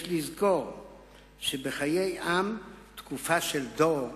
יש לזכור שבחיי עם, תקופה של דור,